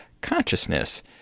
consciousness